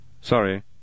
Sorry